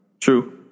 True